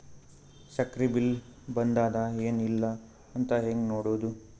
ಸಕ್ರಿ ಬಿಲ್ ಬಂದಾದ ಏನ್ ಇಲ್ಲ ಅಂತ ಹೆಂಗ್ ನೋಡುದು?